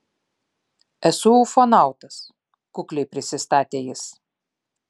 esu ufonautas kukliai prisistatė jis